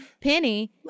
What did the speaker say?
Penny